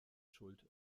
schuld